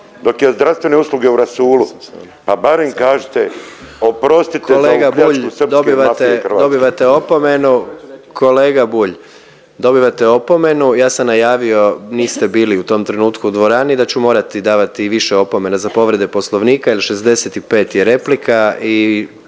dok je zdravstvena usluga u rasulu, pa barem kažite oprostite za ovu pljačku srpske mafije. **Jandroković, Gordan (HDZ)** Kolega Bulj dobivate opomenu. Ja sam najavio, niste bili u tom trenutku u dvorani da ću morati davati i više opomena za povrede Poslovnika, jer 65 je replika